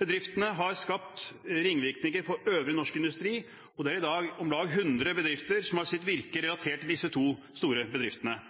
Bedriftene har skapt ringvirkninger for øvrig norsk industri, og det er i dag om lag 100 bedrifter som har sitt virke relatert til disse to store bedriftene.